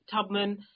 Tubman